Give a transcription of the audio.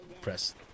press